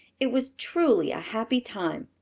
it was truly a happy time.